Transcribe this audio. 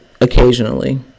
Occasionally